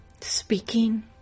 Speaking